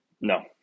No